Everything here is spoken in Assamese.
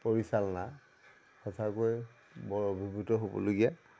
পৰিচালনা সঁচাকৈ বৰ অভিভূত হ'বলগীয়া